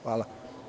Hvala.